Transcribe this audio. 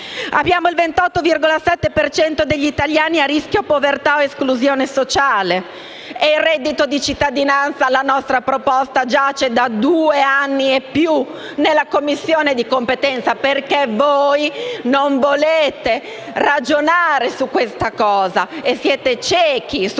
Abbiamo il 28,7 per cento degli italiani a rischio povertà o esclusione sociale. Il reddito di cittadinanza, la nostra proposta, giace da due anni e più nella Commissione di competenza perché voi non volete ragionare e siete ciechi su questo.